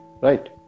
Right